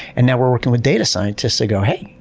and now we're working with data scientists who go, hey,